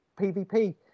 PvP